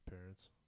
parents